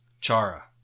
Chara